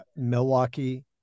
milwaukee